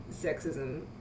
sexism